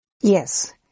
Yes